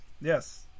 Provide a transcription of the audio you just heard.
yes